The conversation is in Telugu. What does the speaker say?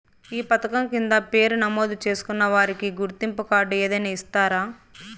ఈ పథకం కింద పేరు నమోదు చేసుకున్న వారికి గుర్తింపు కార్డు ఏదైనా ఇస్తారా?